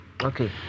Okay